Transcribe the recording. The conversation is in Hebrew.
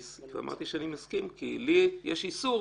אמרתי שאני מסכים, כי לי יש איסור.